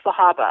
Sahaba